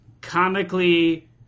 comically